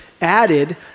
added